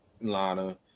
Lana